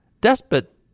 despot